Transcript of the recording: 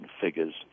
figures